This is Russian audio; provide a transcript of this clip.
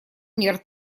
мер